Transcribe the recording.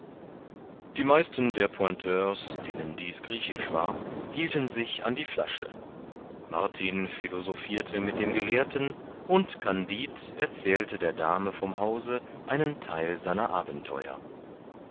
die meisten der pointeurs denen dies griechisch war hielten sich an die flasche martin philosophirte mit dem gelehrten und kandid erzählte der dame vom hause einen theil seiner abenteuer